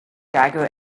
jagger